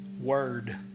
word